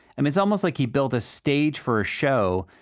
and it's almost like he built a stage for a show,